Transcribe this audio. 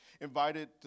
invited